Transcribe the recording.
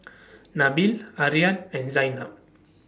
Nabil Aryan and Zaynab